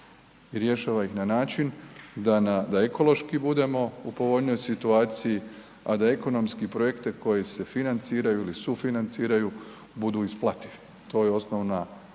rješava ih na način da ekološki budemo u povoljnijoj situaciji, a da ekonomski projekte koji se financiraju ili sufinanciraju budu isplativi, to je osnovna namjera